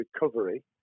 recovery